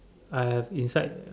I have inside the